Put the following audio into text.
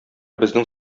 безнең